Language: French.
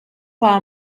par